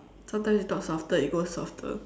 sometimes you talk softer it goes softer